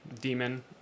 demon